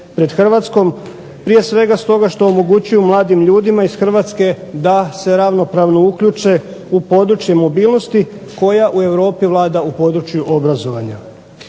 pred Hrvatskom, prije svega stoga što omogućuju mladim ljudima iz Hrvatske da se ravnopravno uključe u područje mobilnosti koja u Europi vlada u području obrazovanja.